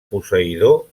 posseïdor